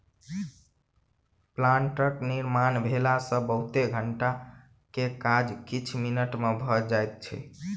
प्लांटरक निर्माण भेला सॅ बहुत घंटा के काज किछ मिनट मे भ जाइत छै